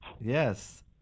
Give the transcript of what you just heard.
Yes